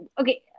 okay